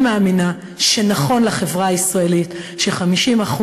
אני מאמינה שנכון לחברה הישראלית ש-50%